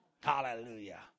Hallelujah